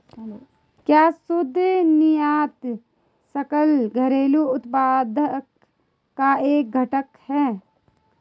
क्या शुद्ध निर्यात सकल घरेलू उत्पाद का एक घटक है?